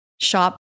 shop